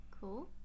cool